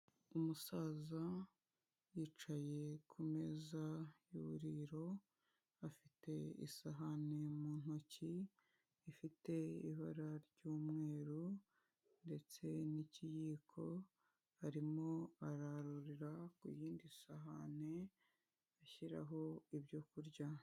Umusaza yicaye ku meza y'ururiro, afite isahani mu ntoki ifite ibara ry'umweru ndetse n'ikiyiko; arimo ararurira ku yindi sahani ashyiraho ibyo kurya.